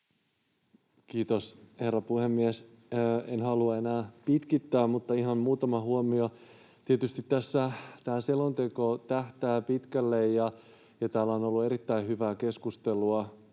Kiitos, herra puhemies! En halua enää pitkittää, mutta ihan muutama huomio: Tietysti tämä selonteko tähtää pitkälle, ja täällä on ollut erittäin hyvää keskustelua